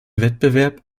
wettbewerb